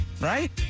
Right